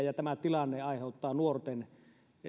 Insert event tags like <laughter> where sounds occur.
<unintelligible> ja tämä tilanne aiheuttavat nuorten